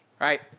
right